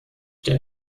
der